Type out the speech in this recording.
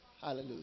Hallelujah